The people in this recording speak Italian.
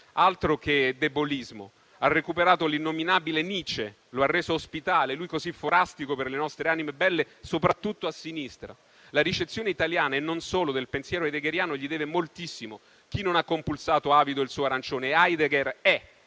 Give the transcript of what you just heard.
(altro che debolismo). Ha recuperato l'innominabile Nietzsche, lo ha reso ospitale, lui così forastico per le nostre anime belle, soprattutto a sinistra. La ricezione italiana e non solo del pensiero heideggeriano gli deve moltissimo; chi non ha computato avido il suo arancione e Heidegger è